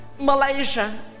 Malaysia